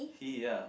he ah